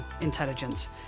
intelligence